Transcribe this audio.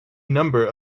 number